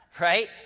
right